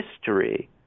history